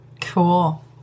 Cool